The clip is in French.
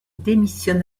démissionne